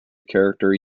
character